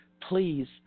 please